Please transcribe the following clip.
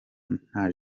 nta